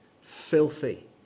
filthy